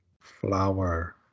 Flower